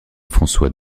françois